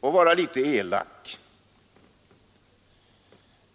att vara litet elak.